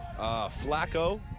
Flacco